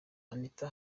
anita